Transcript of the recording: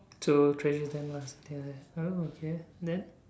so treasure them lah something like that oh okay then